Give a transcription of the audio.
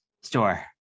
Store